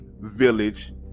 Village